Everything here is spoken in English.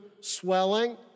swelling